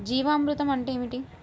జీవామృతం అంటే ఏమిటి?